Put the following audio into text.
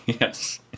Yes